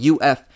UF